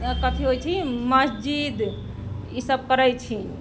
कथी होइ छै मस्जिद ई सब करै छीन